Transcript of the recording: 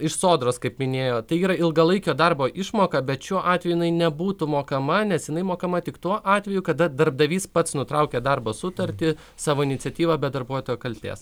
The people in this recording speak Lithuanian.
iš sodros kaip minėjo tai yra ilgalaikio darbo išmoka bet šiuo atveju nebūtų mokama nes jinai mokama tik tuo atveju kada darbdavys pats nutraukia darbo sutartį savo iniciatyva be darbuotojo kaltės